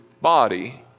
body